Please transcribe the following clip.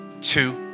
two